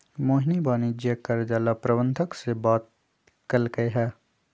मोहिनी वाणिज्यिक कर्जा ला प्रबंधक से बात कलकई ह